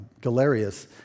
Galerius